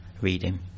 reading